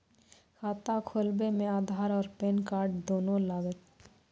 खाता खोलबे मे आधार और पेन कार्ड दोनों लागत?